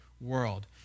world